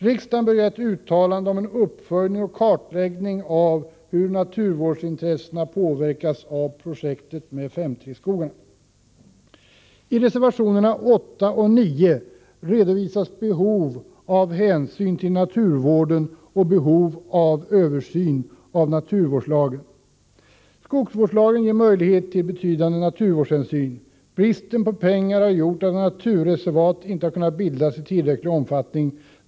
Riksdagen bör göra ett uttalande om en uppföljning och kartläggning av hur naturvårdsintressena påverkas av projektet med 5:3 skogarna. I reservationerna 8 och 9 redovisas behov av hänsyn till naturvården och behov av översyn av naturvårdslagen. Skogsvårdslagen ger möjligheter till betydande naturvårdshänsyn. Bristen på pengar har gjort att naturreservat inte har kunnat bildas i tillräcklig omfattning.